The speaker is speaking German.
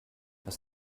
lass